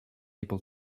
able